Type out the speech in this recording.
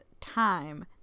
time